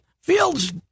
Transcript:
Fields